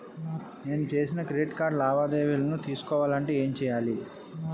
నేను చేసిన credit card లావాదేవీలను తెలుసుకోవాలంటే ఏం చేయాలి?